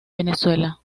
venezuela